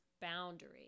boundary